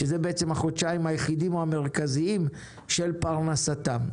שאלה החודשיים היחידים או המרכזיים של פרנסתם.